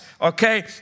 okay